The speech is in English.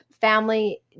family